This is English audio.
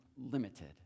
limited